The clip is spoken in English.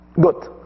Good